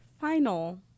final